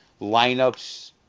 lineups